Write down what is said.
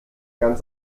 ganz